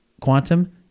quantum